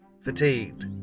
fatigued